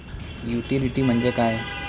Utility म्हणजे काय?